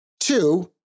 Two